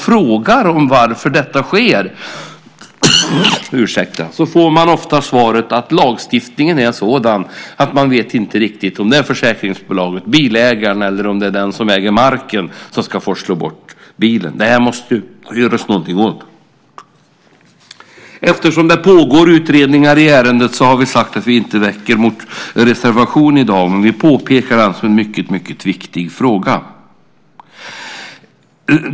Frågar jag varför får jag ofta svaret att lagstiftningen är sådan att man inte riktigt vet om det är försäkringsbolaget, bilägaren eller den som äger marken som ska forsla bort bilen. Det måste göras något åt detta. Eftersom det pågår utredningar i ärendet har vi sagt att vi inte väcker en reservation i dag, men vi påtalar en mycket viktig fråga.